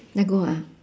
let go ah